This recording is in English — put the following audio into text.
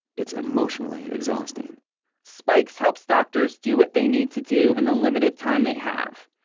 it's emotionally exhausting spikes helps doctors do what they need to do in the limited time they have.